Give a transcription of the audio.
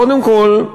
קודם כול,